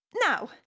Now